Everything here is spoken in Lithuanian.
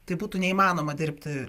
tai būtų neįmanoma dirbti